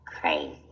crazy